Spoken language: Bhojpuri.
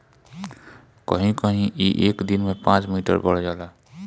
कहीं कहीं ई एक दिन में पाँच मीटर बढ़ जाला